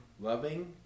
Loving